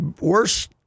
worse